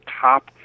top